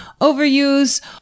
overuse